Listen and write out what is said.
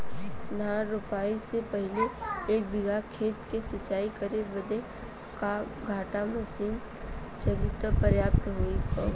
धान रोपाई से पहिले एक बिघा खेत के सिंचाई करे बदे क घंटा मशीन चली तू पर्याप्त होई?